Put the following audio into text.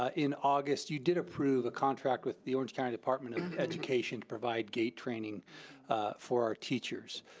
in august you did approve a contract with the orange county department of education, provide gate training for our teachers.